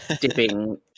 dipping